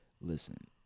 Listen